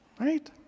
right